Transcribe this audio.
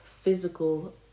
physical